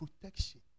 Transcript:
protection